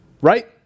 Right